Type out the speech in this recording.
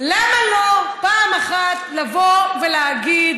למה לא פעם אחת לבוא ולהגיד: